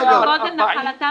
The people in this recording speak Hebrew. וגודל המכסות.